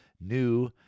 new